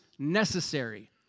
necessary